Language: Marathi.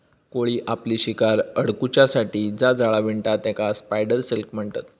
कोळी आपली शिकार अडकुच्यासाठी जा जाळा विणता तेकाच स्पायडर सिल्क म्हणतत